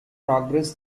progress